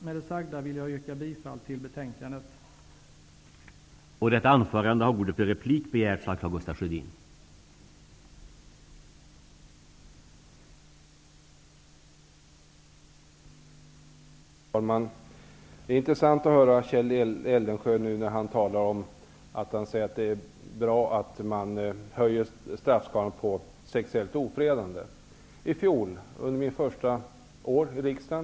Med det sagda vill jag yrka bifall till utskottets hemställan.